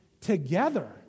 together